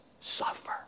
suffer